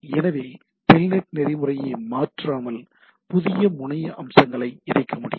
இதனால் டெல்நெட் நெறிமுறையை மாற்றாமல் புதிய முனைய அம்சங்களை இணைக்க முடியும்